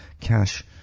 cash